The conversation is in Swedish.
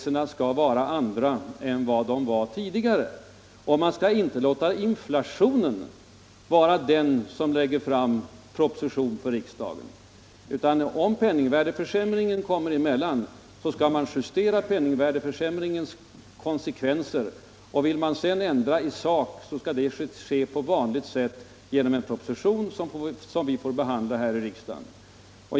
Man skall överlåta åt inflationen att ordna saken. Vill man ändra i sak skall det ske på vanligt sätt genom en proposition som vi får behandla i riksdagen.